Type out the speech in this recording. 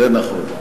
זה נכון.